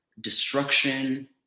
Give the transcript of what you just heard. destruction